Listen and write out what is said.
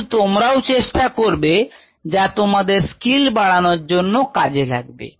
কিন্ত তোমরাও চেষ্টা করবে যা তোমাদের স্কিল বাড়ানোর জন্য কাজে লাগবে